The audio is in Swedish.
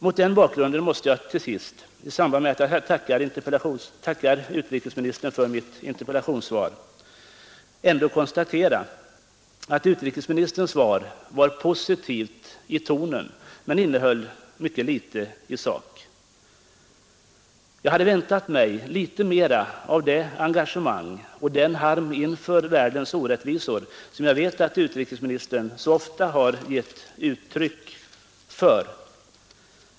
Mot den bakgrunden måste jag till sist — samtidigt som jag tackar utrikesministern för interpellationssvaret — ändå konstatera att utrikesministerns svar var positivt i tonen men innehöll mycket litet i sak. Jag hade väntat mig något mera av det engagemang och den skärpa inför världens orättvisor som jag vet att utrikesministern så ofta har gett uttryck för.